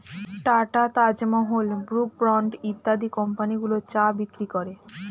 tata, Taj Mahal, Brooke Bond ইত্যাদি কোম্পানিগুলো চা বিক্রি করে